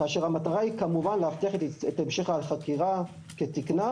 כאשר המטרה היא כמובן להבטיח את המשך החקירה כתיקנה.